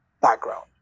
background